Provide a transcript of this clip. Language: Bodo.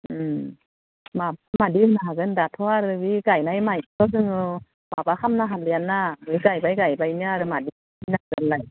मादि होननो हागोन दाथ'आरो बि गायनाय माइखोथ' जोङो माबा खालामनो हालियाना बे गायबाय गायबायानो आरो मादि जाखो होननानै